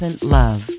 love